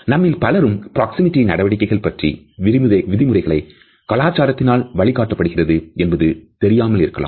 நம்மில் பலருக்கு பிராக்சிமிடி நடவடிக்கைகள் பற்றிய விதிமுறைகள் கலாச்சாரத்தினால் வழி காட்டப்படுகிறது என்பது தெரியாமல் இருக்கலாம்